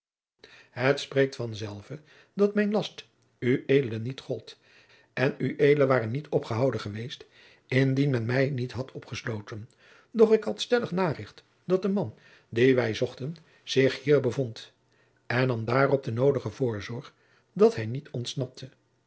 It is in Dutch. het spreekt van zelve dat mijn last ued niet gold en ued ware niet opgehouden geweest indien men mij niet had opgesloten doch ik had stellig naricht dat de man dien wij zochten zich hier bevond en nam daarom de noodige voorzorg dat hij niet ontsnapte